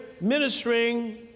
ministering